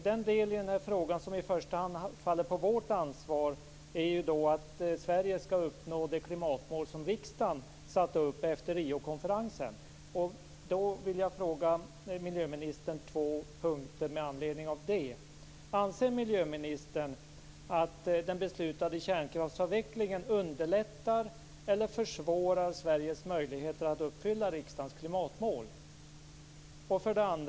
Den del i frågan som i första hand faller på vårt ansvar är att Sverige skall uppnå det klimatmål som riksdagen satte upp efter Riokonferensen. Anser miljöministern att den beslutade kärnkraftsavvecklingen underlättar eller försvårar Sveriges möjligheter att uppfylla riksdagens klimatmål?